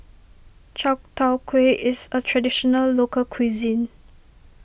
Chai Tow Kuay is a Traditional Local Cuisine